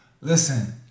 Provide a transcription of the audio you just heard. Listen